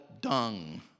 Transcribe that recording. dung